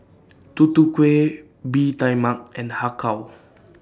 Tutu Kueh Bee Tai Mak and Har Kow